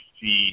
see